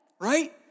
Right